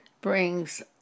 brings